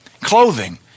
Clothing